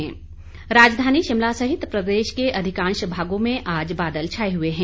मौसम राजधानी शिमला सहित प्रदेश के अधिकांश भागों में आज बादल छाए हुए हैं